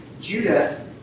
Judah